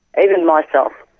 even myself.